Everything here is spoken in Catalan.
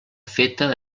feta